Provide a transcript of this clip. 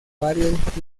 varios